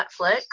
Netflix